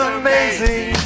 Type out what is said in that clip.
amazing